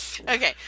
okay